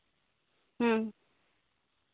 ᱦᱮᱸ